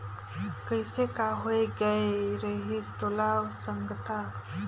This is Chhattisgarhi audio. कइसे का होए गये रहिस तोला संगता